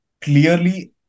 clearly